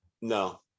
No